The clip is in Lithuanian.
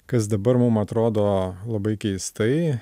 kas dabar mum atrodo labai keistai